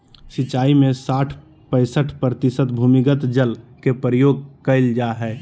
सिंचाई में साठ पईंसठ प्रतिशत भूमिगत जल के प्रयोग कइल जाय हइ